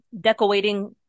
Decorating